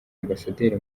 ambasaderi